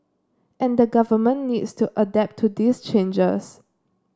and the Government needs to adapt to these changes